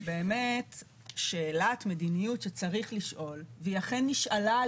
באמת שאלת מדיניות שצריך לשאול והיא אכן נשאלה,